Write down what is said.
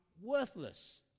worthless